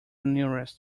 nearest